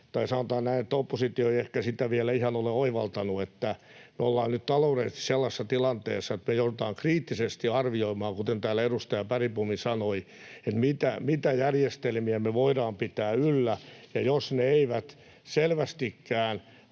tai sanotaan näin, että oppositio ei ehkä sitä vielä ihan ole oivaltanut, että me ollaan nyt taloudellisesti sellaisessa tilanteessa, että joudutaan kriittisesti arvioimaan — kuten täällä edustaja Bergbom sanoi — mitä järjestelmiä me voidaan pitää yllä. Ja jos ne eivät selvästikään